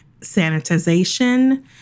sanitization